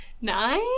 nine